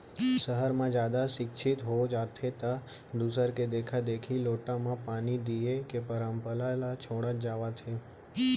सहर म जादा सिक्छित हो जाथें त दूसर के देखा देखी लोटा म पानी दिये के परंपरा ल छोड़त जावत हें